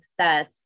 success